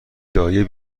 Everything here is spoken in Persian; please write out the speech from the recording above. دایی